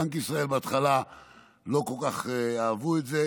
בנק ישראל בהתחלה לא כל כך אהבו את זה.